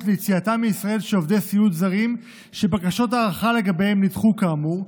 ליציאתם של עובדי סיעוד זרים מישראל שבקשות ההארכה לגביהם נדחו כאמור,